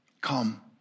Come